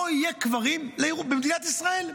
לא יהיו קברים במדינת ישראל.